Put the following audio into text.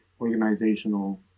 organizational